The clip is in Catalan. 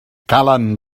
calen